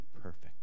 perfect